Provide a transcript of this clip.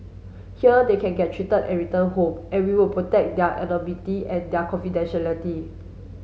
here they can get treated and return home and we will protect their anonymity and their confidentiality